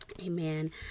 Amen